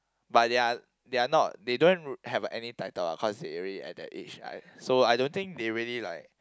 but they are they are not they don't have any title lah cause they already at that age I so I don't think they really like